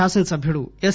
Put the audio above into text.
శాసనసభ్యుడు ఎస్